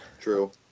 True